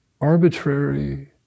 arbitrary